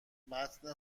متن